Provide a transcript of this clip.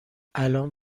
الآن